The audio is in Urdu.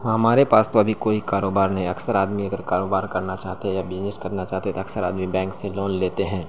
ہاں ہمارے پاس تو ابھی کوئی کاروبار نہیں ہے اکثر آدمی اگر کاروبار کرنا چاہتے ہے یا بزنس کرنا چاہتے ہے تو اکثر آدمی بینک سے لون لیتے ہیں